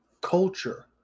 culture